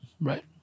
Right